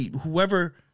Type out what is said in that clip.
whoever